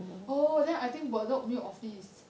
oh then I think bedok 没有 office